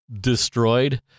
destroyed